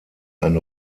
ein